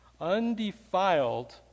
undefiled